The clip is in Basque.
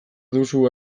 duzu